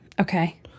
Okay